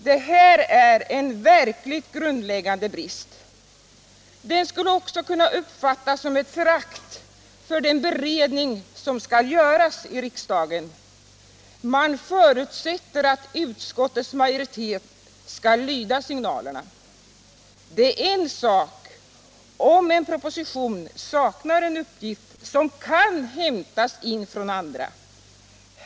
Det här är en verkligt grundläggande brist. Den skulle också kunna uppfattas som ett förakt för den beredning som skall göras i riksdagen — man förutsätter att utskottets majoritet skall lyda signalerna. Det är en sak om en proposition saknar en uppgift som kan hämtas in från andra.